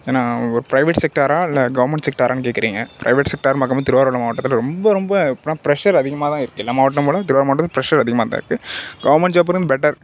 ஏன்னா ஒரு ப்ரைவேட் செக்டாராக இல்லை கவர்மெண்ட் செக்டாரானு கேட்குறிங்க ப்ரைவேட் செக்டார்னு பார்க்கம்போது திருவாரூர் மாவட்டத்தில் ரொம்ப ரொம்ப இப்போலாம் பிரெஷ்ஷர் அதிகமாகதான் இருக்கு எல்லா மாவட்டமும் போல் திருவாரூர் மாவட்டத்துலையும் பிரெஷ்ஷர் அதிகமாகதான் இருக்கு கவர்மெண்ட் ஜாப் தென் பெட்டர்